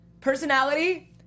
personality